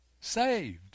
saved